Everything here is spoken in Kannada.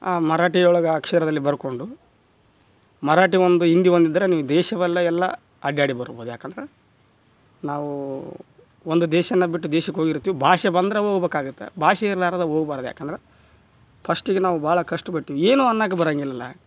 ಮರಾಠಿ ಒಳಗೆ ಅಕ್ಷರದಲ್ಲಿ ಬರ್ಕೊಂಡು ಮರಾಠಿ ಒಂದು ಹಿಂದಿ ಒಂದಿದ್ದರೆ ನೀವು ದೇಶವೆಲ್ಲ ಎಲ್ಲ ಅಡ್ಡಾಡಿ ಬರ್ಬೋದು ಯಾಕಂದ್ರೆ ನಾವು ಒಂದು ದೇಶನ ಬಿಟ್ಟು ದೇಶಕ್ಕೆ ಹೋಗಿರ್ತಿವಿ ಭಾಷೆ ಬಂದ್ರೆ ಹೋಗ್ಬಕಾಗತ್ತ ಭಾಷೆ ಇರ್ಲಾರ್ದೆ ಹೋಗ್ಬಾರ್ದು ಯಾಕಂದ್ರೆ ಪಸ್ಟಿಗೆ ನಾವು ಭಾಳ ಕಷ್ಟಪಟ್ಟೀವಿ ಏನು ಅನ್ನಕ್ಕೆ ಬರೋಂಗಿಲ್ಲಲ್ಲ